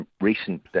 Recent